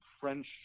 French